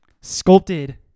sculpted